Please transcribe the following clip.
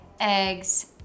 eggs